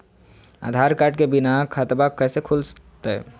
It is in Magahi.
आधार कार्ड के बिना खाताबा कैसे खुल तय?